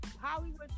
Hollywood